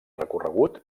recorregut